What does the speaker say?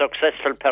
successful